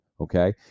Okay